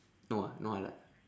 no ah not halal